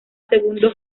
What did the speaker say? segundo